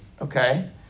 Okay